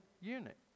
unit